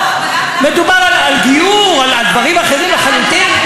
אז למה הבאתם את החוק?